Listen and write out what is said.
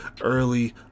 early